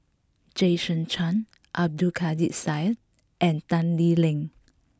Jason Chan Abdul Kadir Syed and Tan Lee Leng